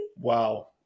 Wow